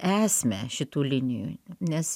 esmę šitų linijų nes